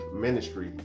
ministry